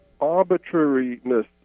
arbitrariness